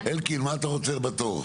אלקין מה אתה רוצה בתור?